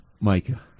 Micah